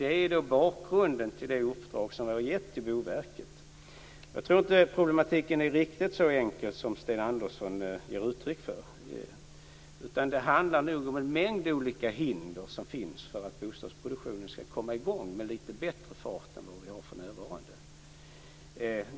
Detta är bakgrunden till det uppdrag som jag har gett till Boverket. Jag tror inte att problematiken är riktigt så enkel som Sten Andersson ger uttryck för. Det finns nog en mängd olika hinder för att bostadsproduktionen skall få bättre fart än vad den har för närvarande.